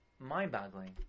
Mind-boggling